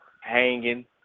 hanging